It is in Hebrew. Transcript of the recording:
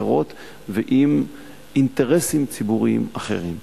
אחרות ועם אינטרסים ציבוריים אחרים.